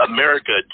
America